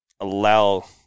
allow